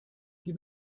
die